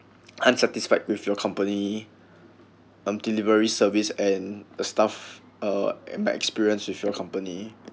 unsatisfied with your company um delivery service and a staff uh bad experience with your company